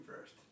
first